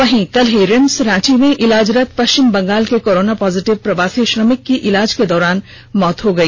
वहीं कल ही रिम्स रांची में इलाजरत पष्चिम बंगाल के कोरोना पॉजिटिव प्रवासी श्रमिक की इलाज के दौरान मौत हो गई